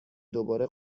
دوباره